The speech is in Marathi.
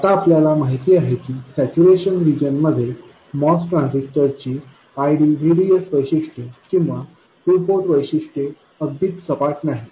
आता आपल्याला माहित आहे की सॅच्यूरेशन रिजन मध्ये MOS ट्रान्झिस्टरची ID VDSवैशिष्ट्ये किंवा टू पोर्ट वैशिष्ट्ये अगदीच सपाट नाहीत